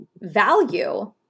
value